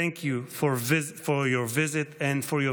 thank you for your visit and for your